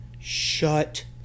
Shut